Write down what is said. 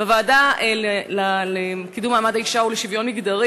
בוועדה לקידום מעמד האישה ולשוויון מגדרי